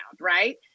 right